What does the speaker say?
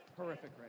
horrific